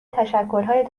تشکلهای